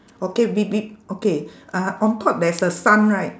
okay okay uh on top there's a sun right